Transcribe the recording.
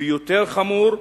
ויותר חמור,